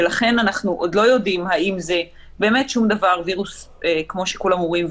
ולכן אנחנו עוד לא יודעים האם זה באמת שום דבר כמו שכולם אומרים,